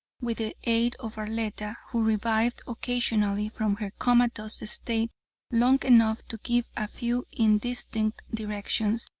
with the aid of arletta, who revived occasionally from her comatose state long enough to give a few indistinct directions,